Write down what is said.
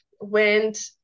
went